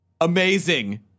Amazing